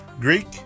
Greek